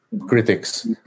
critics